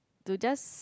to just